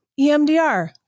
EMDR